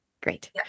Great